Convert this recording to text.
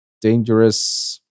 dangerous